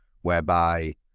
whereby